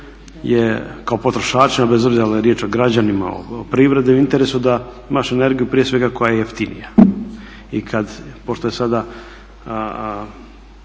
je kao potrošačima bez obzira je li riječ o građanima, o privredi u interesu da imaš energiju prije svega koja je jeftinija. I pošto je sada